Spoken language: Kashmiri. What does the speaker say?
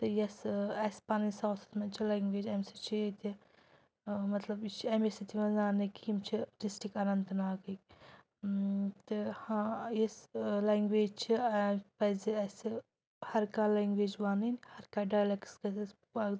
تہٕ یۄس ٲں اسہِ پَنٕنۍ ساوتھَس منٛز چھِ لینٛگویج امہ سۭتۍ چھِ ییٚتہِ ٲں مطلب یہِ چھِ اَمے سۭتۍ یِوان زاننہٕ کہِ یِم چھِ ڈِسٹِرٛک اَننت ناگٕکۍ تہٕ ہاں یۄس ٲں لینٛگویج چھِ ٲں پَزِ اسہِ ہَر کانٛہہ لینٛگویج وَنٕنۍ ہَر کانٛہہ ڈَایلیٚکٕس گژھہِ اسہِ